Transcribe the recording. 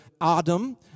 Adam